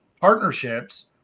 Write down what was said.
partnerships